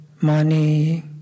money